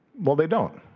well, they don't,